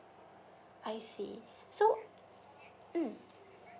I see so mm